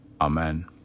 Amen